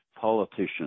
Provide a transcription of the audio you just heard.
politicians